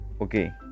Okay